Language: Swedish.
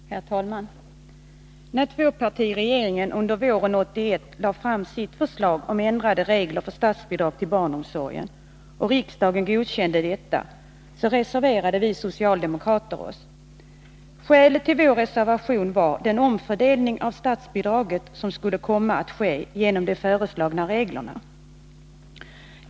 Herr talman! När tvåpartiregeringen under våren 1981 lade fram sitt förslag om ändrade regler för statsbidrag till barnomsorgen och riksdagen godkände detta, reserverade vi socialdemokrater oss. Skälet till vår reservation var den omfördelning av statsbidraget som skulle komma att ske genom de föreslagna reglerna.